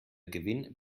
gewinn